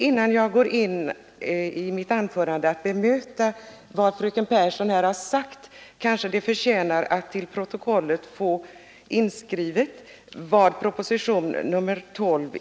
Innan jag går in på att bemöta vad fröken Pehrsson sagt, vill jag kort redogöra för innehållet i proposition nr 12.